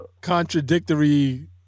contradictory